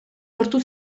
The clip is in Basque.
lortu